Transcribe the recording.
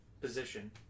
position